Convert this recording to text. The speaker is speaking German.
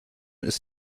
ist